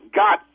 got